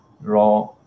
raw